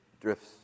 drifts